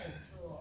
oh